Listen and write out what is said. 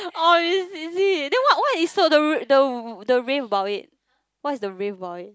orh is is it then what what is so the the the rave about it what is the rave about it